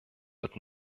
wird